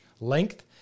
length